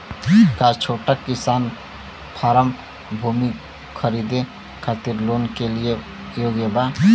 का छोटा किसान फारम भूमि खरीदे खातिर लोन के लिए योग्य बा?